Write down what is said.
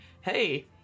hey